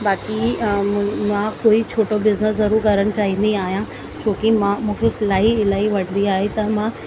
बाक़ी मां कोई छोटो बिजिनिस ज़रूरु करणु चाहींदी आहियां छो की मां मूंखे सिलाई इलाही वणंदी आहे त मां